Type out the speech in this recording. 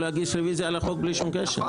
אפשר להצביע על הסתייגויות 1 עד 6 לסעיף 96(1),